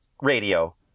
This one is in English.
radio